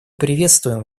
приветствуем